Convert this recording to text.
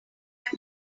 out